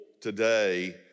today